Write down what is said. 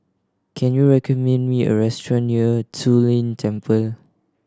can you recommend me a restaurant near Zu Lin Temple